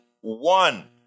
one